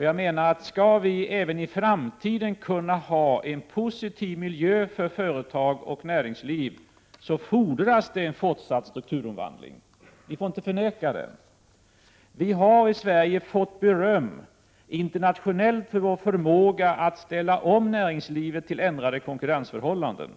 Om vi även i framtiden skall kunna ha en positiv miljö för företag och näringsliv fordras en fortsatt strukturomvandling. Det skall vi inte förneka. Vi i Sverige har fått beröm internationellt för vår förmåga att ställa om näringslivet till ändrade konkurrensförhållanden.